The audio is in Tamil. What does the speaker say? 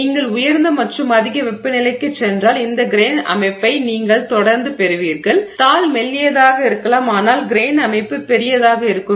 நீங்கள் உயர்ந்த மற்றும் அதிக வெப்பநிலைக்குச் சென்றால் இந்த கிரெய்ன் அமைப்பைப் நீங்கள் தொடர்ந்து பெறுவீர்கள் தாள் மெல்லியதாக இருக்கலாம் ஆனால் கிரெய்ன் அமைப்பு பெரியதாக இருக்கும்